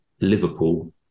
Liverpool